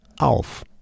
auf